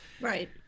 Right